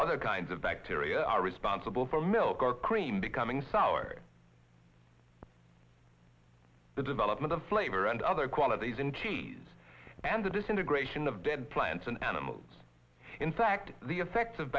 other kinds of bacteria are responsible for milk or cream becoming soured the development of flavor and other qualities in cheese and the disintegration of dead plants and animals in fact the effects of